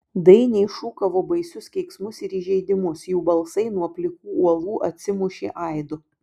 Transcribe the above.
dainiai šūkavo baisius keiksmus ir įžeidimus jų balsai nuo plikų uolų atsimušė aidu